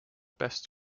best